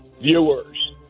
viewers